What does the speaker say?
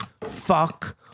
fuck